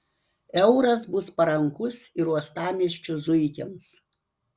euras bus parankus ir uostamiesčio zuikiams